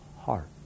heart